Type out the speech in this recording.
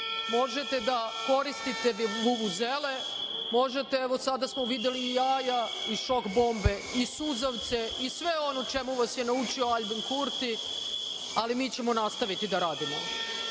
možete da koristite vuvuzele, sada smo videli i jaja i šok bombe i suzavce i sve ono čemu vas je naučio Aljbin Kurti, ali mi ćemo nastaviti da radimo.